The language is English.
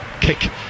kick